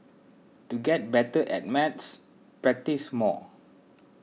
to get better at maths practise more